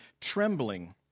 trembling